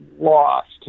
lost